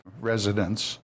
residents